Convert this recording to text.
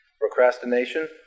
Procrastination